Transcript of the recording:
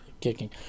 kicking